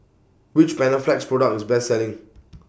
Which Panaflex Product IS The Best Selling